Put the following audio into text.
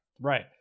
Right